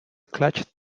clutch